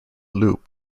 loop